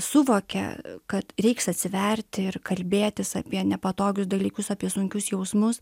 suvokia kad reiks atsiverti ir kalbėtis apie nepatogius dalykus apie sunkius jausmus